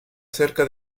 cerca